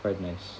quite nice